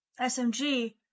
smg